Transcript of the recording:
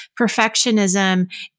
perfectionism